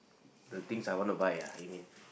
the things I want to buy ah you mean